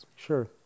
Sure